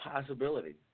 possibility